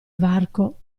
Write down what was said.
varco